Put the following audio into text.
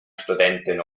studenten